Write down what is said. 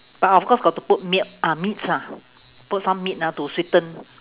but of course got to put milk ah meats ah put some meat ah to sweeten